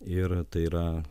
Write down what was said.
ir tai yra